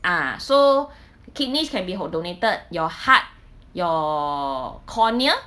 ah so kidneys can be donated your heart your cornea